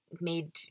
made